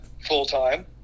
full-time